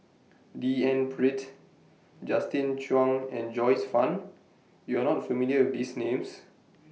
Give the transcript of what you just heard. D N Pritt Justin Zhuang and Joyce fan YOU Are not familiar with These Names